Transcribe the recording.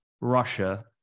Russia